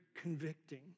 convicting